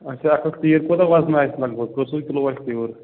اَچھا اَکھ اَکھ تیٖر کوٗتاہ وَزَن آسہِ لگ بگ کٔژٕو کِلوٗ آسہِ تِیٖر